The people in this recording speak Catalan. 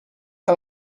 que